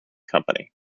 company